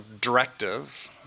directive